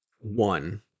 one